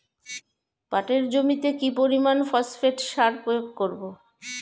পাটের জমিতে কি পরিমান ফসফেট সার প্রয়োগ করব?